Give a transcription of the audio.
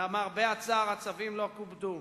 למרבה הצער, הצווים לא כובדו.